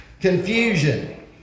confusion